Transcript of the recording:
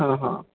हां हां